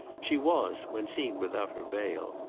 she was, when seen without her veil,